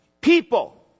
People